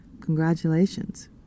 congratulations